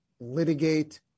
litigate